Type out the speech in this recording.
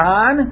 on